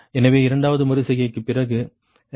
எனவே இரண்டாவது மறு செய்கைக்கு பிறகு 2 என்பது 4